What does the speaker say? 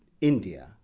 india